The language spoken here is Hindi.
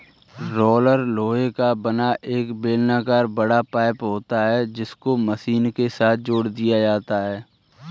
रोलर लोहे का बना एक बेलनाकर बड़ा पाइप होता है जिसको मशीन के साथ जोड़ दिया जाता है